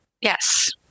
Yes